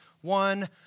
one